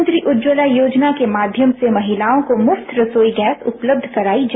प्रधानमंत्री उज्ज्वला योजना के माध्यम से महिलाओं को मुफ्त रसोई गैस उपलब्ध कराई जा रही है